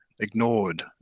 ignored